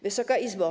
Wysoka Izbo!